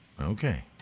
Okay